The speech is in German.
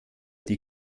die